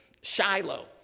Shiloh